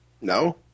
No